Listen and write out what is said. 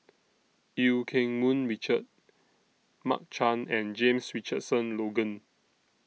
EU Keng Mun Richard Mark Chan and James Richardson Logan